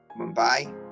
Mumbai